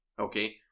okay